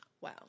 wow